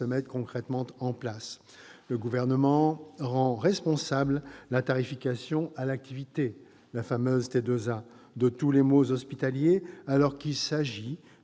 se mettent concrètement en place. Le Gouvernement rend la tarification à l'activité, la fameuse T2A, responsable de tous les maux hospitaliers alors qu'il s'agit